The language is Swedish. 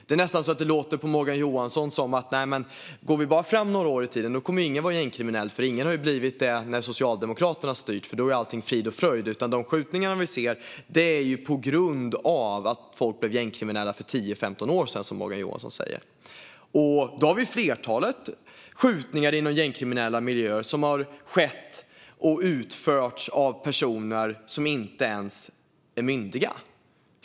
Det låter nästan på Morgan Johansson som att ingen kommer att vara gängkriminell om vi bara går fram några år i tiden, för ingen kommer att ha blivit det när Socialdemokraterna har styrt eftersom allting är frid och fröjd då. De skjutningar vi ser har sin grund i att folk blev gängkriminella för 10-15 år sedan, säger Morgan Johansson. Men ett flertal skjutningar i gängkriminella miljöer har utförts av personer som inte ens är myndiga.